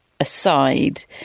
Aside